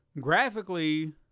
graphically